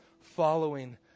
following